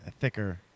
Thicker